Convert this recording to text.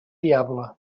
diable